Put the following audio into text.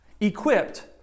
Equipped